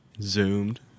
Zoomed